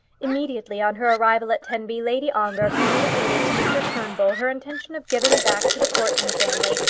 immediately on her arrival at tenby, lady ongar communicated to mr. turnbull her intention of giving back to the courton family,